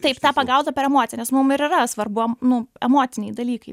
taip tą pagauta per emociją nes mum ir yra svarbu nu emociniai dalykai